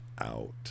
out